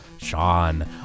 Sean